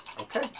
okay